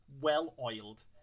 well-oiled